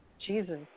Jesus